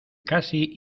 casi